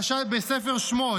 בספר שמות: